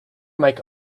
make